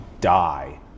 die